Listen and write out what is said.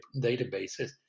databases